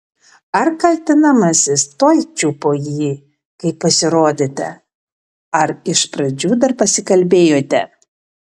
ar kaltinamasis tuoj čiupo jį kai pasirodėte ar iš pradžių dar pasikalbėjote